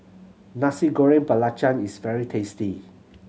Nasi Goreng Belacan is very tasty